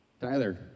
Tyler